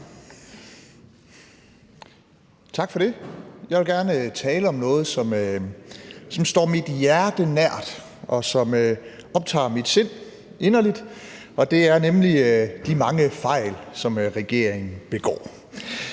Tak for det. Jeg vil gerne tale om noget, som står mit hjerte nær, og som optager mit sind inderligt, og det er nemlig de mange fejl, som regeringen begår.